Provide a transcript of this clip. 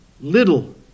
little